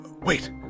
Wait